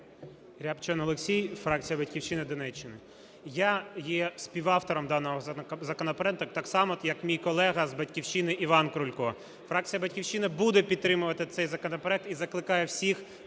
Рябчин Олексій, фракція "Батьківщина", Донеччина. Я є співавтором даного законопроекту, так само, як мій колега з "Батьківщини" Іван Крулько. Фракція "Батьківщина" буде підтримувати цей законопроект, і закликає всіх